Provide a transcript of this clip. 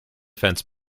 fence